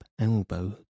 elbow